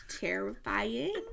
terrifying